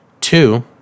Two